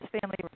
family